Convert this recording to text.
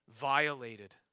violated